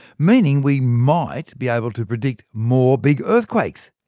meaning we might be able to predict more big earthquakes!